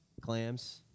clams